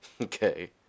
Okay